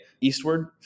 eastward